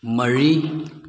ꯃꯔꯤ